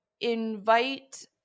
invite